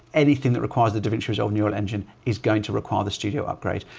anything that requires the davinci resolve neural engine is going to require the studio upgrade.